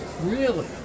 Really